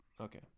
okay